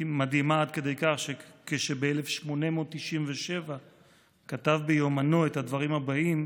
מדהימה עד כדי כך שכשב-1897 כתב ביומנו את הדברים הבאים,